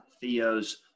Theo's